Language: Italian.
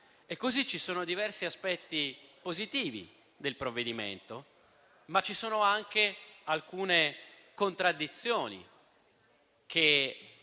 Ci sono diversi aspetti positivi del provvedimento, ma ci sono anche alcune contraddizioni, che